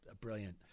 brilliant